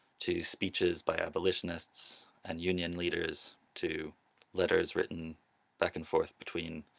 to speeches by abolitionists and union leaders, to letters written back and forth between